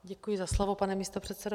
Děkuji za slovo, pane místopředsedo.